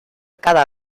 cada